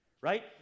right